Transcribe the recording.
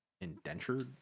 indentured